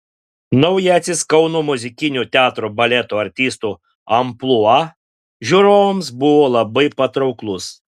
naujasis kauno muzikinio teatro baleto artistų amplua žiūrovams buvo labai patrauklus